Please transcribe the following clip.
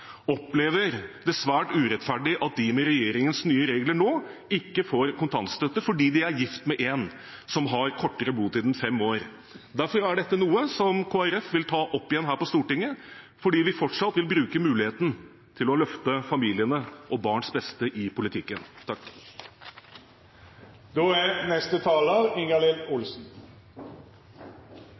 opplever det svært urettferdig at de med regjeringens nye regler nå ikke får kontantstøtte fordi de er gift med en som har kortere botid enn fem år. Derfor er dette noe som Kristelig Folkeparti vil ta opp igjen her på Stortinget, fordi vi fortsatt vil bruke muligheten til å løfte familiene og barns beste i politikken.